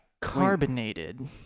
Carbonated